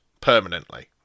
permanently